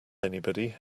anybody